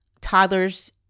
toddlers